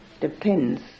depends